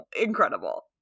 incredible